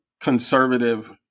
conservative